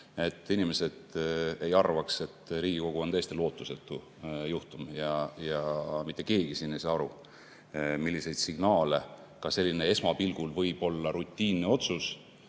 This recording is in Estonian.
et inimesed ei arvaks, et Riigikogu on täiesti lootusetu juhtum ja mitte keegi siin ei saa aru, milliseid signaale ka selline esmapilgul võib-olla rutiinne otsus